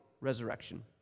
resurrection